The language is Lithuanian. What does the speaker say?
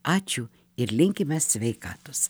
ačiū ir linkime sveikatos